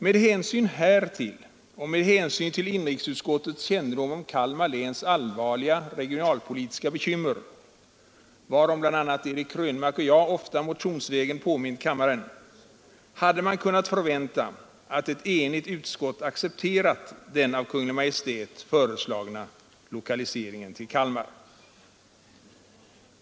Med hänsyn härtill och med hänsyn till inrikesutskottets kännedom om Kalmar läns allvarliga regionalpolitiska bekymmer, varom bl.a. Eric Krönmark och jag ofta motionsvägen påmint kammaren, hade man kunnat förvänta att ett enigt utskott accepterat den av Kungl. Maj:t föreslagna lokaliseringen till Kalmar.